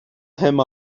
him